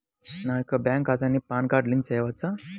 నా యొక్క బ్యాంక్ ఖాతాకి పాన్ కార్డ్ లింక్ చేయవచ్చా?